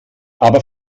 aber